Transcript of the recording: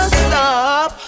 stop